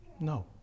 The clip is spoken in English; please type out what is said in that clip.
No